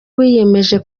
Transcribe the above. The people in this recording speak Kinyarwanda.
wiyemeje